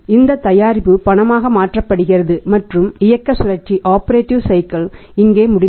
இந்த தயாரிப்பு பணமாக மாற்றப்படுகிறது மற்றும் இயக்க சுழற்சி இங்கே முடிந்தது